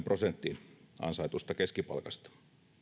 prosenttiin ansaitusta keskipalkasta